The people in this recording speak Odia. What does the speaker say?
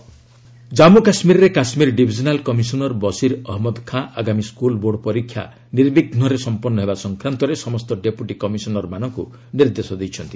ଜେକେ ବୋର୍ଡ ଏକ୍ଜାମ୍ ଜନ୍ମୁ କାଶ୍ମୀରରେ କାଶ୍ମୀର ଡିଭିଜନାଲ୍ କମିଶନର୍ ବସିର୍ ଅହନ୍ମଦ ଖାଁ ଆଗାମୀ ସ୍କୁଲ୍ ବୋର୍ଡ଼ ପରୀକ୍ଷା ନିର୍ବିଘ୍ନରେ ସମ୍ପନ୍ଧ ହେବା ସଂକ୍ରାନ୍ତରେ ସମସ୍ତ ଡେପୁଟି କମିଶନର୍ମାନଙ୍କୁ ନିର୍ଦ୍ଦେଶ ଦେଇଛନ୍ତି